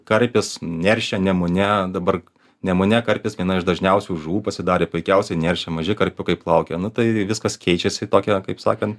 karpis neršia nemune dabar nemune karpis viena iš dažniausių žuvų pasidarė puikiausiai neršia maži karpiukai plaukioja nu tai viskas keičiasi į tokią kaip sakant